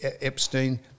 Epstein